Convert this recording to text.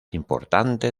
importante